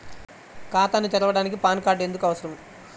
ఖాతాను తెరవడానికి PAN card ఎందుకు అవసరము?